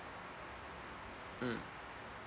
mm